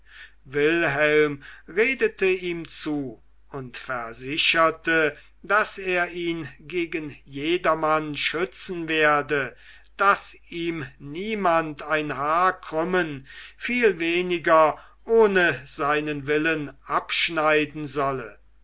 wilhelm redete ihm zu und versicherte daß er ihn gegen jedermann schützen werde daß ihm niemand ein haar krümmen viel weniger ohne seinen willen abschneiden solle